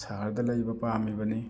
ꯁꯍꯔꯗ ꯂꯩꯕ ꯄꯥꯝꯃꯤꯕꯅꯤ